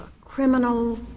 criminal